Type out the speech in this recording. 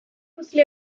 puzzle